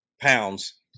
pounds